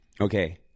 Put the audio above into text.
Okay